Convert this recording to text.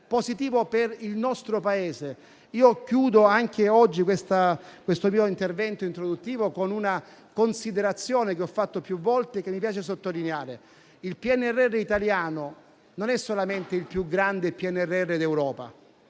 positivo per il nostro Paese. Concludo questo mio intervento introduttivo con una considerazione che ho fatto più volte e che mi piace sottolineare: il PNRR italiano non è solamente il più grande PNRR d'Europa,